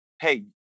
hey